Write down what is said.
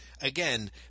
again